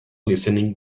listening